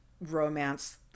romance